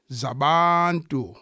zabantu